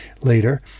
later